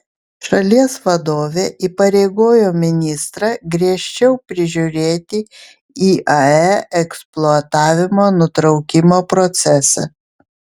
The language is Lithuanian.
šalies vadovė įpareigojo ministrą griežčiau prižiūrėti iae eksploatavimo nutraukimo procesą